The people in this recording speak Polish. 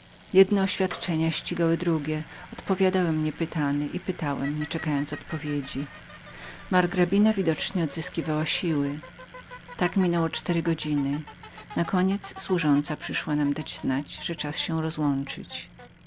jedne oświadczenia ścigały drugie odpowiadałem nie pytany i pytałem nie czekając odpowiedzi margrabina widocznie odzyskiwała siły tak przepędziłem cztery godziny gdy służąca przyszła nam dać znać że czas było się rozłączyć